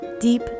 Deep